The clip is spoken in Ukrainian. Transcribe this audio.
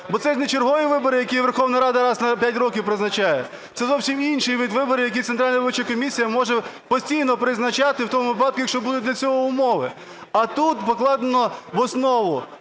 Бо це ж не чергові вибори, які Верховна Рада раз на 5 років призначає, це зовсім інший вид виборів, які Центральна виборча комісія може постійно призначати в тому випадку, якщо будуть для цього умови. А тут покладено в основу